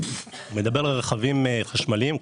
מדבר על רכבים חשמליים,